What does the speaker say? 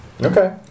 Okay